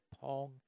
Pong